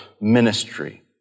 ministry